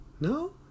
No